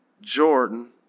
Jordan